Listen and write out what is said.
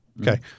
Okay